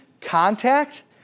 contact